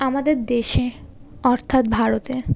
আমাদের দেশে অর্থাৎ ভারতে